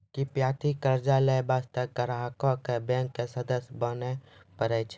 किफायती कर्जा लै बास्ते ग्राहको क बैंक के सदस्य बने परै छै